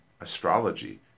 astrology